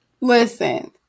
Listen